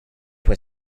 were